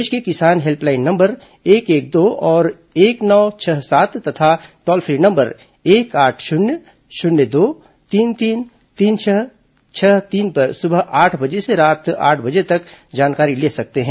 प्रदेश के किसान helpline number एक एक दो और एक नौ छह सात तथा टोल फ्री नंबर एक आठ शून्य शून्य दो तीन तीन तीन छह छह तीन पर सुबह आठ बजे से रात आठ बजे तक जानकारी ले सकते हैं